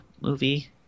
movie